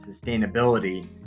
sustainability